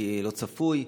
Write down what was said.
כי לא צפויה.